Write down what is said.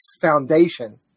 foundation